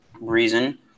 reason